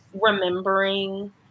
remembering